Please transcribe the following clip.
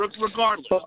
regardless